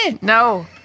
No